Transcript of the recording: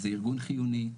זה ארגון חיוני,